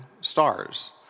stars